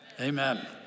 Amen